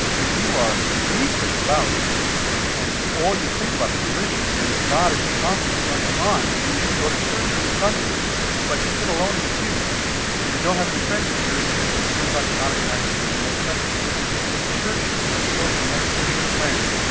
if you are deeply devout and all you think about is religion and god is constantly on your mind and you even go to church every sunday but you sit alone in the pews and you don't have any friends at church, it turns out you're not any nicer than the most secular person. it's the church social networks, church friends,